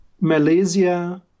Malaysia